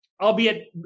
albeit